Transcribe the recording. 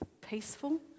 peaceful